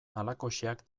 halakoxeak